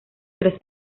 tres